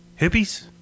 Hippies